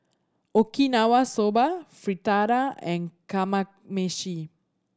Okinawa Soba Fritada and Kamameshi